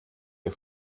ihr